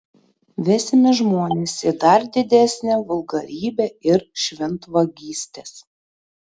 vesime žmones į dar didesnę vulgarybę ir šventvagystes